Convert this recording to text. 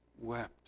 wept